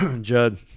Judd